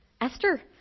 Esther